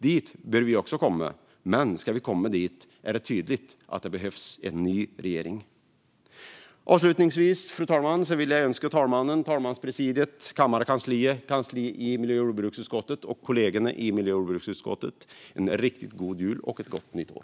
Dit bör vi också komma, men ska vi komma dit är det tydligt att det behövs en ny regering. Fru talman! Jag vill önska talmannen, talmanspresidiet, kammarkansliet, kansliet i miljö och jordbruksutskottet och kollegorna i miljö och jordbruksutskottet en riktigt god jul och ett gott nytt år.